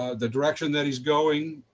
the direction that he's going,